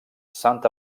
saint